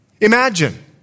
Imagine